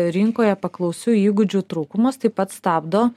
rinkoje paklausių įgūdžių trūkumas taip pat stabdo